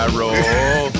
roll